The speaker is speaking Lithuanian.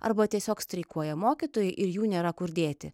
arba tiesiog streikuoja mokytojai ir jų nėra kur dėti